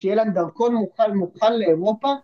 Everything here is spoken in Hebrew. ‫שיהיה להם דרכן מוכן מוכן לאירופה.